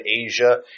Asia